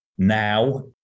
Now